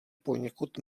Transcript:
poněkud